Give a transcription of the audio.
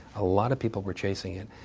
a lot of people were chasing it.